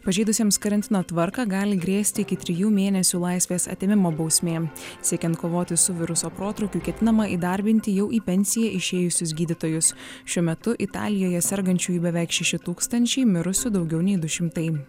pažeidusiems karantino tvarka gali grėsti iki trijų mėnesių laisvės atėmimo bausmė siekiant kovoti su viruso protrūkiu ketinama įdarbinti jau į pensiją išėjusius gydytojus šiuo metu italijoje sergančiųjų beveik šeši tūkstančiai mirusių daugiau nei du šimtai